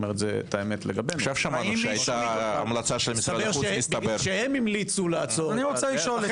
שזה היום המקור הראשי של העלייה